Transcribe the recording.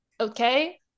okay